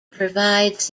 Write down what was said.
provides